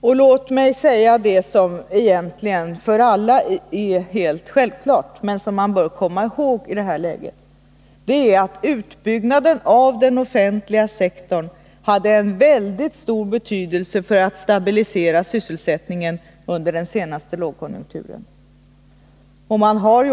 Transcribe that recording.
Och låt mig också säga det som för alla är helt klart men som man bör komma ihåg i det här läget, nämligen att utbyggnaden av den offentliga sektorn hade en väldigt stor betydelse för att stabilisera sysselsättningen under den senaste lågkonjunkturen.